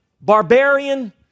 barbarian